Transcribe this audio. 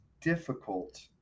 difficult